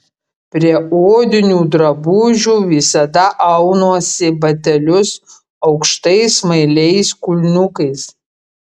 prie odinių drabužių visada aunuosi batelius aukštais smailiais kulniukais